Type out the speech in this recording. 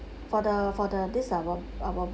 for the for the this a b~ a b~